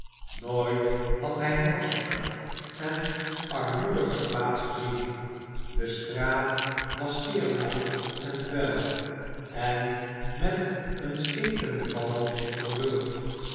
nooit had hij morsiger en armoediger plaats gezien de straat was zeer nauw en vuil en met een stinkenden walm vervuld